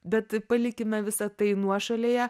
bet palikime visa tai nuošalėje